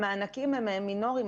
המענקים הם מינוריים,